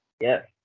yes